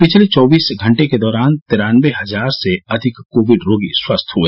पिछले चौबीस घंटे के दौरान तिरान्नबे हजार से अधिक कोविड रोगी स्वस्थ हुए